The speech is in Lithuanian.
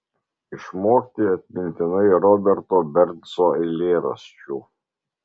išmokti atmintinai roberto bernso eilėraščių